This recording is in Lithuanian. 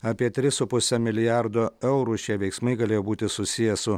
apie tris su puse milijardo eurų šie veiksmai galėjo būti susiję su